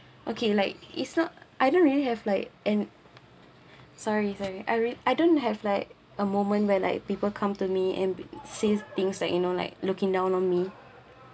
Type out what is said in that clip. okay like it's not I don't really have like and sorry sorry I really I don't have like a moment where like people come to me and say things like you know like looking down on me